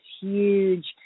huge